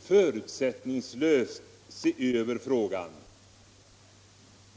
förutsättningslöst se över frågan.